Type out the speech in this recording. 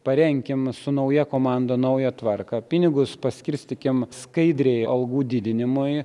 parenkim su nauja komanda naują tvarką pinigus paskirstykim skaidriai algų didinimui